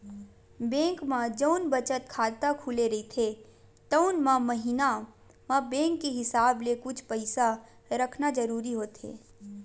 bank म जउन बचत खाता खुले रहिथे तउन म महिना म बेंक के हिसाब ले कुछ पइसा रखना जरूरी होथे